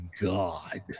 God